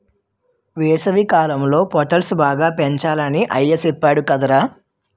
వేసవికాలంలో పొటల్స్ బాగా పెంచాలని అయ్య సెప్పేడు కదరా